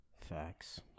Facts